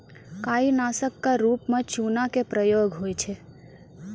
काई नासक क रूप म चूना के प्रयोग होय छै